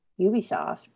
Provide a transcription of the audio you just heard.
Ubisoft